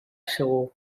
segur